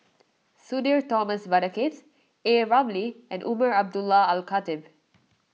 Sudhir Thomas Vadaketh A Ramli and Umar Abdullah Al Khatib